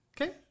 Okay